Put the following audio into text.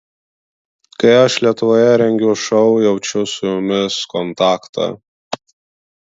kai aš lietuvoje rengiu šou jaučiu su jumis kontaktą